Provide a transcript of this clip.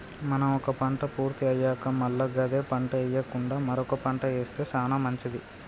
మనం ఒక పంట పూర్తి అయ్యాక మల్ల గదే పంట ఎయ్యకుండా మరొక పంట ఏస్తె సానా మంచిది